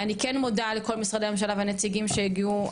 אני כן מודה לכל משרדי הממשלה והנציגים שהגיעו,